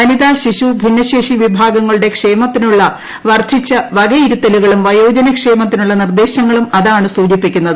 വനിത ശിശു ഭിന്നശേഷി വിഭാഗങ്ങളുടെ ക്ഷേമത്തിനുള്ള വർധിച്ച വകയിരുത്തലുകളും വയോജന ക്ഷേമത്തിനുള്ള നിർദേശങ്ങളും അതാണ് സൂചിപ്പിക്കുന്നത്